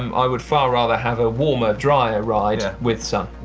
um i would far rather have a warmer, drier ride with sun.